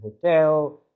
hotel